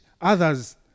others